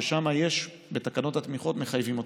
ששם בתקנות התמיכות מחייבים אותם,